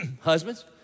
husbands